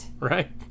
Right